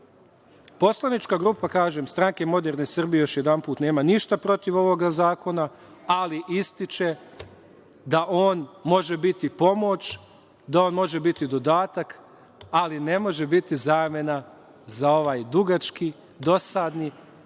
nema. Poslanička grupa Stranke moderne Srbije, kažem još jedanput, nema ništa protiv ovog zakona, ali ističe da on može biti pomoć, da on može biti dodatak, ali ne može biti zamena za ovaj dugački, dosadni